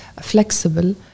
flexible